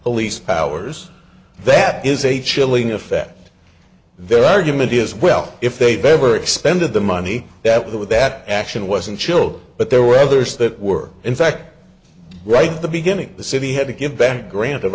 police powers that is a chilling effect their argument is well if they've ever expended the money that with that action wasn't chilled but there were others that were in fact right the beginning the city had to give back grant of